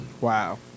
Wow